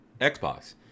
Xbox